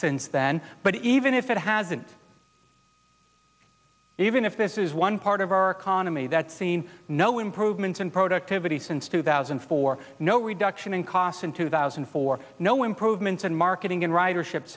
since then but even if it hasn't even if this is one part of our economy that seen no improvements in productivity since two thousand and four no reduction in costs in two thousand and four no improvements in marketing and ridership